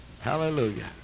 hallelujah